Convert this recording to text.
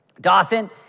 Dawson